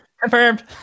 confirmed